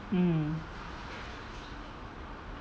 mm